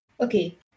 Okay